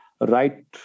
right